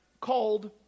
called